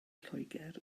lloegr